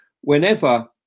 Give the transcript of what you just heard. whenever